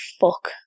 fuck